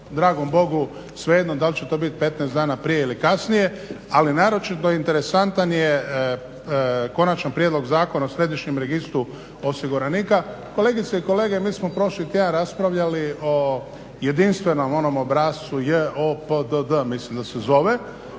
Dragom Bogu svejedno dal' će to bit 15 dana prije ili kasnije. Ali naročito interesantan je Konačan prijedlog zakona o središnjem registru osiguranika. Kolegice i kolege, mi smo prošli tjedan raspravljali o jedinstvenom onom obrascu JOPDD mislim da se zove.